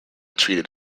treated